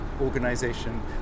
organization